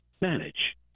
manage